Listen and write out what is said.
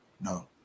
no